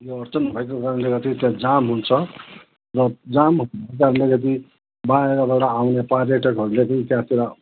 यो अड्चन भएको कारणले गर्दा यता जाम हुन्छ र जाम हुनाले गर्दाखेरि बाहिरबाट आउने पर्यटकहरूलाई पनि त्यहाँतिर